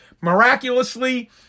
miraculously